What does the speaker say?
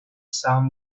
some